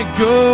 go